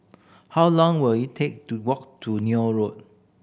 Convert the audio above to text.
how long will it take to walk to Neil Road